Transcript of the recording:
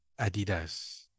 Adidas